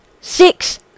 Six